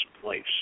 place